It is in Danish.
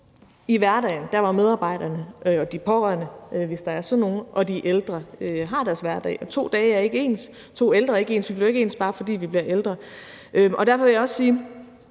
i hverdagen – der, hvor medarbejderne, de pårørende, hvis der er sådan nogen, og de ældre har deres hverdag. To dage er ikke ens, og to ældre er ikke ens. Vi bliver ikke ens, bare fordi vi bliver ældre. Derfor vil jeg også sige,